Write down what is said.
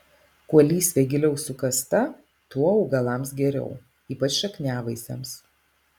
kuo lysvė giliau sukasta tuo augalams geriau ypač šakniavaisiams